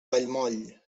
vallmoll